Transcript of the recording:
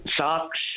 Socks